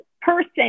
person